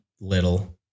Little